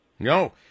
No